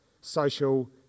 social